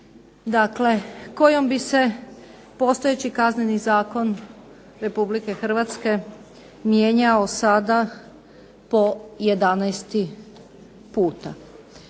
izmjene kojom bi se postojeći Kazneni zakon Republike Hrvatske mijenjao sada po 11. put.